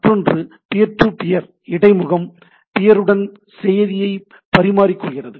மற்றொன்று peer to peer இடைமுகம் பியருடன் செய்தியை பரிமாறிக் கொள்கிறது